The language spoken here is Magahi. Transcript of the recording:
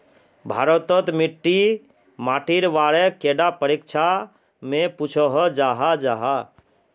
भारत तोत मिट्टी माटिर बारे कैडा परीक्षा में पुछोहो जाहा जाहा?